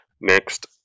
Next